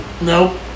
Nope